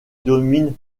domine